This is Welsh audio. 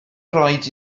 rhaid